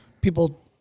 people